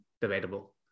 debatable